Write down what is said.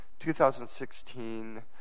2016